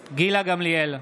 גמליאל,